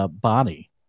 body